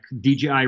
DJI